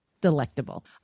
delectable